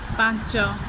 ପାଞ୍ଚ